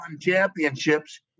championships